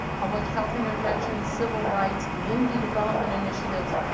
public health intervention, civil rights, community development initiates,